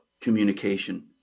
communication